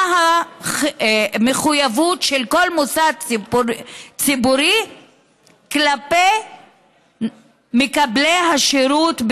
המחויבות של כל מוסד ציבורי כלפי מקבלי השירות,